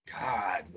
God